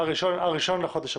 ה-1 באפריל.